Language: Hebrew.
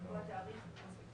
תאריך.